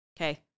okay